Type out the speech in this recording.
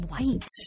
white